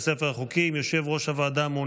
26 בעד, אין מתנגדים ואין נמנעים.